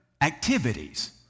activities